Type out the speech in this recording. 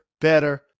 better